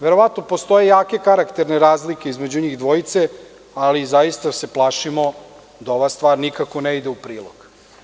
Verovatno postoje jake karakterne razlike između njih dvojice, ali zaista se plašimo da ova stvar nikako ne ide u prilog.